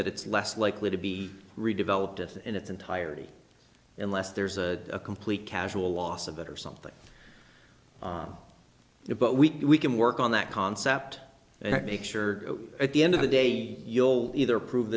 that it's less likely to be redeveloped it in its entirety unless there's a complete casual loss of it or something new but we can work on that concept and make sure at the end of the day you'll either prove